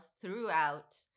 throughout